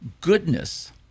goodness